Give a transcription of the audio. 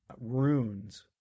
runes